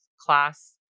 class